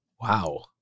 Wow